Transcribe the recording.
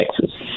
Texas